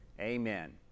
Amen